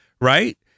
Right